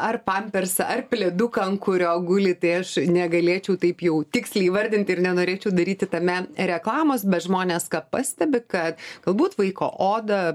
ar pampersą ar pleduką ant kurio guli tai aš negalėčiau taip jau tiksliai įvardinti ir nenorėčiau daryti tame reklamos bet žmonės pastebi kad galbūt vaiko oda